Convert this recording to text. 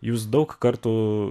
jūs daug kartų